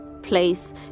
place